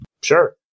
sure